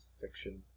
fiction